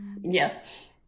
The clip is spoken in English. Yes